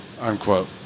unquote